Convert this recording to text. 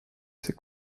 ses